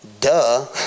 duh